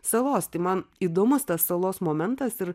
salos tai man įdomus tas salos momentas ir